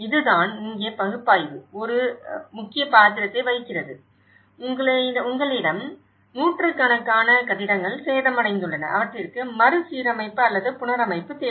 இதுதான் இங்கே பகுப்பாய்வு ஒரு முக்கிய பாத்திரத்தை வகிக்கிறது உங்களிடம் நூற்றுக்கணக்கான கட்டிடங்கள் சேதமடைந்துள்ளன அவற்றிற்கு மறுசீரமைப்பு அல்லது புனரமைப்பு தேவை